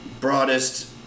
broadest